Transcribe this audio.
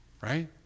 right